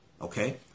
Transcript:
okay